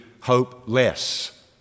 hopeless